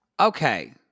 okay